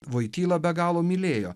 voityla be galo mylėjo